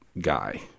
guy